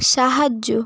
সাহায্য